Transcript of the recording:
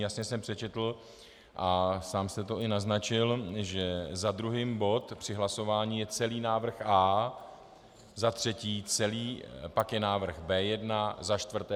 Jasně jsem přečetl, a sám jste to i naznačil, že za druhým bod při hlasování je celý návrh A, za třetí pak je návrh B1, za čtvrté...